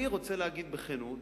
אני רוצה להגיד בכנות,